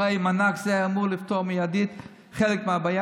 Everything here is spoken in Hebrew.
הרי מענק זה היה אמור לפתור מיידית חלק מהבעיה.